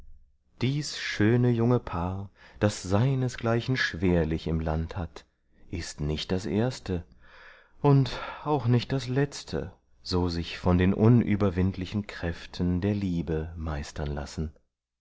dies schöne junge paar das seinesgleichen schwerlich im land hat ist nicht das erste und auch nicht das letzte so sich von den unüberwindlichen kräften der liebe meistern lassen